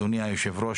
אדוני היושב-ראש,